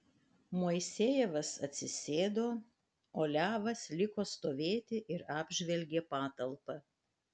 moisejevas atsisėdo o levas liko stovėti ir apžvelgė patalpą